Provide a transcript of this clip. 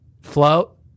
Float